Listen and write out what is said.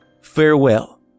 Farewell